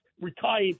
retired